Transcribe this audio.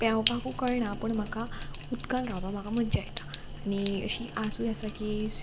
पेंवपाकूय कळना पूण म्हाका उदकान रावपाक म्हाका मज्जा येता आनी अशी आसूय आसा की